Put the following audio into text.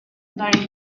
that